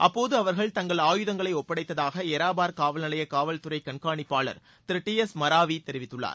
அப்போது அவர்கள் தங்கள் ஆயுதங்களை ஒப்படைத்ததாக எராபர் காவல் நிலைய காவல்துறை கண்காணிப்பாளர் திரு டி எஸ் மராவி தெரிவித்துள்ளார்